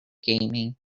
gaming